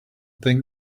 think